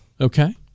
okay